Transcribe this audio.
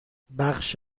بخش